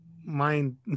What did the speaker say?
mind